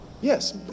Yes